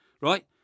right